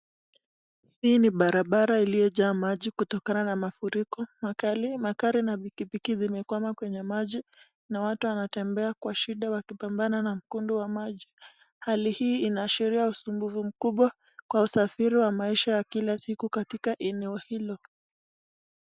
Hii ni barabara iliyo jaa maji kutokana na mafuriko. Magari na pikipiki zimekwama kwa maji na watu wanatembea kwa shida wakipambana na mkondo wa maji. Hali hii inaashiria usumbufu mkubwa kwa usafiri wa maisha ya kila siku katika eneo hilo.